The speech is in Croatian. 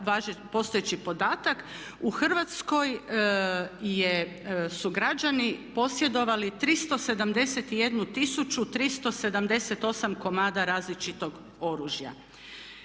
postojeći podatak u Hrvatskoj je su građani posjedovali 371 tisuću 378 komada različitog oružja.